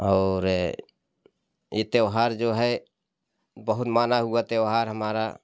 और ये त्योहार जो है बहुत माना हुआ त्योहार हमारा